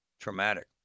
traumatic